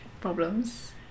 problems